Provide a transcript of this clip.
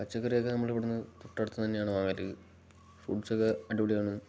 പച്ചക്കറിയൊക്കെ നമ്മൾ ഇവിടുന്ന് തൊട്ടടുത്ത് തന്നെയാണ് വാങ്ങൽ ഫ്രൂട്ടസ് ഒക്കെ അടിപൊളിയാണ്